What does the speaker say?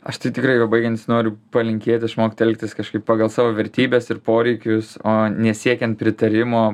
aš tai tikrai jau baigiantis noriu palinkėt išmokt elgtis kažkaip pagal savo vertybes ir poreikius o ne siekiant pritarimo